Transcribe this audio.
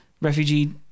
refugee